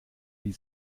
die